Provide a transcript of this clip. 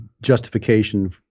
justification